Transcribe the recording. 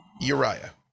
Uriah